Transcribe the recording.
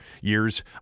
years